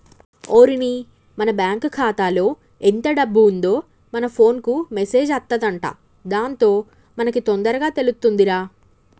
ఓరిని మన బ్యాంకు ఖాతాలో ఎంత డబ్బు ఉందో మన ఫోన్ కు మెసేజ్ అత్తదంట దాంతో మనకి తొందరగా తెలుతుందిరా